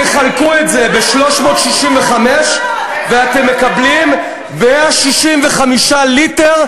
תחלקו את זה ב-365 ואתם מקבלים 165 ליטר,